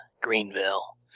Greenville